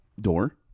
door